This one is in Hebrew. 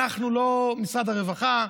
אנחנו לא משרד הרווחה,